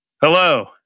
Hello